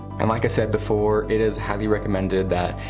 and like i said before, it is highly recommended that,